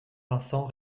vincent